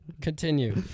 Continue